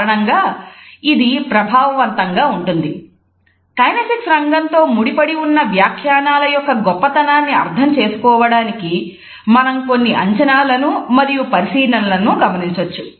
kinesics రంగంతో ముడిపడి ఉన్న వ్యాఖ్యానాల యొక్క గొప్పతనాన్ని అర్థం చేసుకోవడానికి మనము కొన్ని అంచనాలను మరియు పరిశీలనలను గమనించవచ్చు